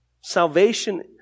Salvation